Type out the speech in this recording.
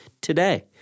today